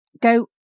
go